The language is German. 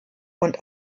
und